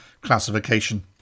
classification